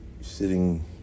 sitting